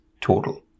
total